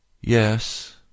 Yes